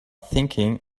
thinking